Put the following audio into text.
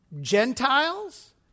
Gentiles